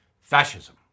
Fascism